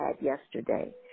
yesterday